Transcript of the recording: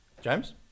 James